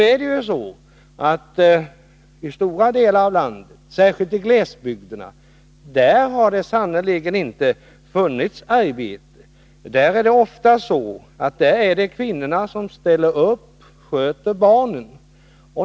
I stora delar av landet, särskilt i glesbygderna, har det sannerligen inte funnits arbete. Där är det ofta kvinnorna som ställer upp och sköter barnen.